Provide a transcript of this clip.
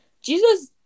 Jesus